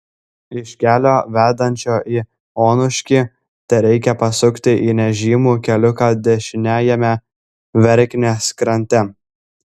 iš kelio vedančio į onuškį tereikia pasukti į nežymų keliuką dešiniajame verknės krante